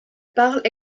parlent